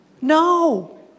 no